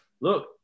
look